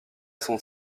son